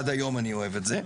עד היום אני אוהב את זה.